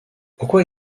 pourquoi